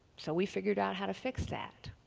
so we figured out how to fix that.